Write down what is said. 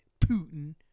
Putin